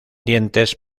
dientes